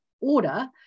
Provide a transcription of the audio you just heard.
order